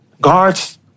guards